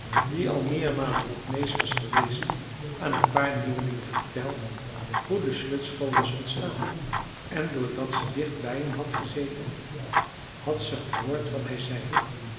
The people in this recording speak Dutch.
die al meermalen op nääs was geweest aan een paar nieuwelingen verteld hoe de slöjdschool was ontstaan en doordat ze dicht bij hem had gezeten had ze gehoord wat hij zei